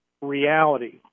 reality